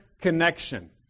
connection